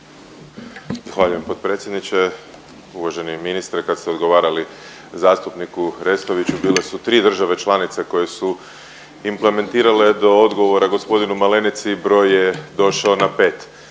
Zahvaljujem potpredsjedniče. Uvaženi ministre kad ste odgovarali zastupniku Restoviću bile su tri države članice koje su implementirale do odgovora gospodinu Malenici broj je došao na pet tako